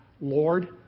Lord